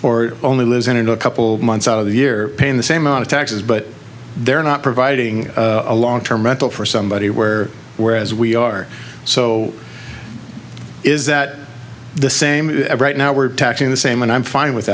out or only lives in it a couple months out of the year paying the same amount of taxes but they're not providing a long term rental for somebody where whereas we are so is that the same right now we're taxing the same and i'm fine with